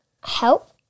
Help